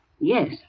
yes